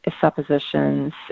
suppositions